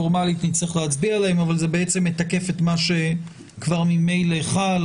פורמלית נצטרך להצביע עליה אבל זה בעצם מתקף את מה שכבר ממילא חל.